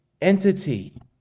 entity